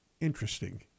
interesting